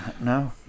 no